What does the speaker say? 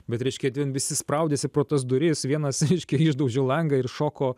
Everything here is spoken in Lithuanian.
bet reiškia ten visi spraudėsi pro tas duris vienas reiškia išdaužė langą ir šoko